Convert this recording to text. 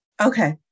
Okay